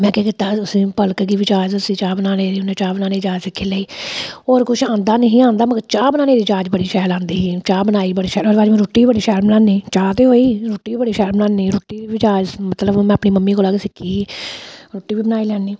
में केह् कीता हा ते उस्सी पलक गी बी जाच दस्सी चाह् बनाने दी उ'न्नै चाह् बनाने दी जाच सिक्खी लेई होर कुछ औंदा निं ही औंदा मगर चाह् बनाने दी जाच बड़ी शैल औंदी ही चाह् बनाई बड़ी शैल ओह्दे बाद में रुट्टी बड़ी शैल बनान्नी चाह् ते होई रुट्टी बी बड़ी शैल बनान्नी रुट्टी बी जाच मतलब में अपनी मम्मी कोला गै सिक्खी ही रुट्टी बी बनाई लैन्नी